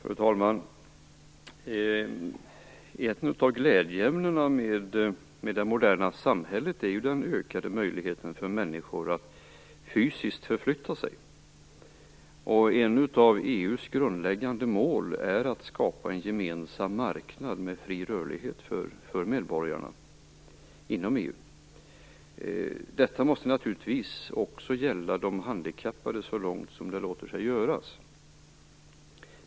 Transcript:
Fru talman! Ett av glädjeämnena med det moderna samhället är ju den ökade möjligheten för människor att fysiskt förflytta sig. Ett av EU:s grundläggande mål är ju att skapa en gemensam marknad med fri rörlighet för medborgarna inom EU. Detta måste naturligtvis, så långt som det låter sig göras, också gälla de handikappade.